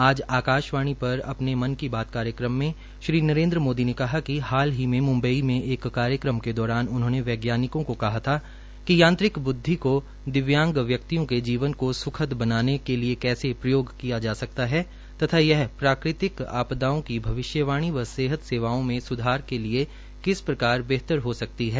आज आकाशवाणी पर अपने मन की बात कार्यक्रम में श्री नरेन्द्र मोदी ने कहा कि हाल ही में मुंबई में एक कार्यक्रम के दौरान उन्होंने वैज्ञानिकों को कहा था कि यांत्रिक बुद्धि को दिव्यांग व्यक्तियों के जीवन को सुखद बनाने के लिए कैसे प्रयोग किया जा सकता है ताी यह प्राकृतिक आपदाओं की भविष्यवाणी व सेहत सेवाओं में सुधार के लिए किस प्रकार बेहतर हो सकती है